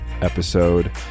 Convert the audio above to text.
episode